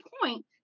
point